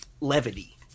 levity